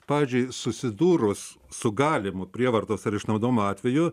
pavyzdžiui susidūrus su galimu prievartos ar išnaudojimo atveju